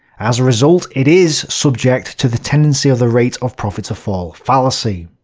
as a result, it is subject to the tendency of the rate of profit to fall fallacy.